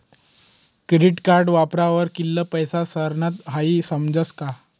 credit card वापरावर कित्ला पैसा सरनात हाई समजस का